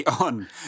on